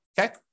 okay